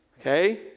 okay